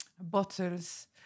bottles